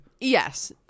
Yes